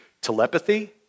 telepathy